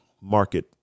market